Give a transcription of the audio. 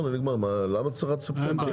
למה צריך עד ספטמבר?